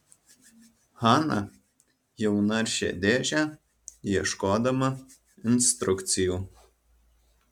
hana jau naršė dėžę ieškodama instrukcijų